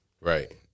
Right